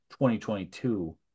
2022